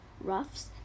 Ruffs